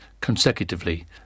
consecutively